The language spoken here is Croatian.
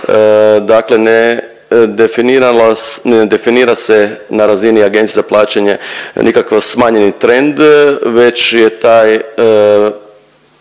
Dakle ne definira se na razini APPRRR-a nikakav smanjeni trend, već je taj